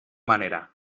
manera